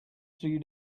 three